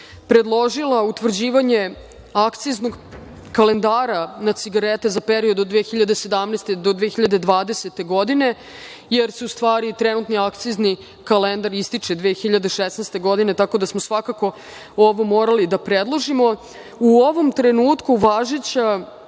predložili utvrđivanje akciznog kalendara na cigarete za period od 2017. do 2020. godine, jer trenutni akcizni kalendar ističe 2016. godine. Ovo smo svakako morali da predložimo.U ovom trenutku važeća